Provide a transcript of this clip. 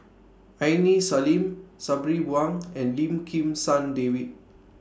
Aini Salim Sabri Buang and Lim Kim San David